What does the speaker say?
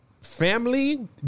family